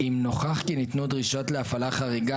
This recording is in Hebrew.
אם נוכח כי ניתנו דרישות להפעלה חריגה,